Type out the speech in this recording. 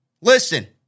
listen